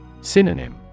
Synonym